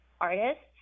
artists